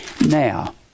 Now